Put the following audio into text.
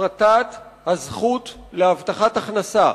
הפרטת הזכות להבטחת הכנסה.